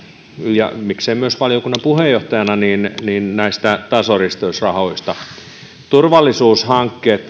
ja miksei myös valiokunnan puheenjohtajana haluan sen sijaan kiittää näistä tasoristeysrahoista turvallisuushankkeita